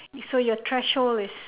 so your threshold is